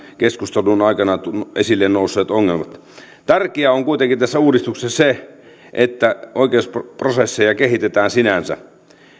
keskustelun aikana esille nousseet ongelmat otetaan huomioon tärkeää on kuitenkin tässä uudistuksessa se että oikeusprosesseja kehitetään sinänsä